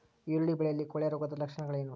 ಈರುಳ್ಳಿ ಬೆಳೆಯಲ್ಲಿ ಕೊಳೆರೋಗದ ಲಕ್ಷಣಗಳೇನು?